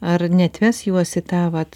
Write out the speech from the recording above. ar neatves juos į tą vat